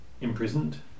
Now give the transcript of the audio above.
imprisoned